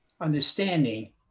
understanding